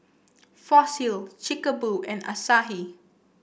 Fossil Chic Boo and Asahi